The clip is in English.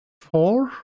four